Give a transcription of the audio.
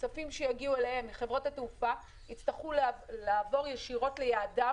שכספים שיגיעו אליהם מחברות התעופה יצטרכו לעבור ישירות ליעדם,